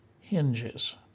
hinges